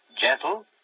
gentle